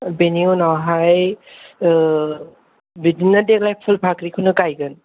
बिनि उनावहाय बिदिनो देग्लाय फुल फाखरिखौनो गायगोन